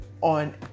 on